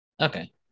Okay